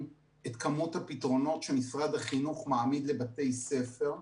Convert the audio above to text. את כמות הפתרונות שמשרד החינוך מעמיד לבתי הספר.